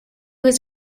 was